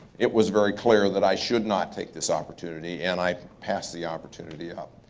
it was very clear that i should not take this opportunity, and i passed the opportunity up.